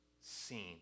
seen